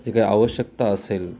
जे काय आवश्यकता असेल